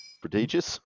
Prodigious